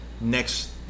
Next